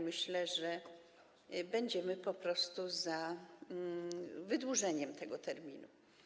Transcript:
Myślę, że będziemy po prostu za wydłużeniem tego terminu.